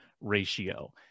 ratio